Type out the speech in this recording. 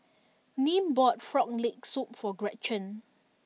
Nim bought Frog Leg Soup for Gretchen